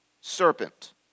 serpent